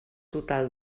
total